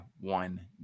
one